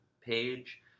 page